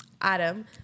Adam